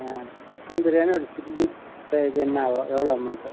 ஆ chicken biryani ஒரு chilli இது என்னாகும் எவ்வளோ அமௌண்ட்டு